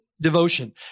devotion